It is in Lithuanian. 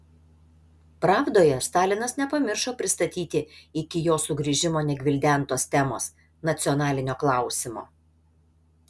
pravdoje stalinas nepamiršo pristatyti iki jo sugrįžimo negvildentos temos nacionalinio klausimo